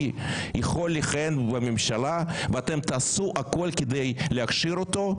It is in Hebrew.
יכול לכהן בממשלה ואתם תעשו הכול כדי להכשיר אותו,